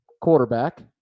quarterback